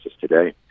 today